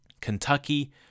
Kentucky